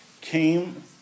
came